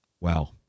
Wow